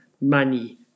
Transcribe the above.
money